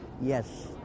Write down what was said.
Yes